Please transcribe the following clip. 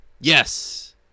Yes